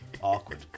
Awkward